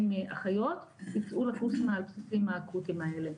אחיות ייצאו לקורסים העל בסיסיים האקוטיים האלה.